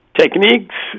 techniques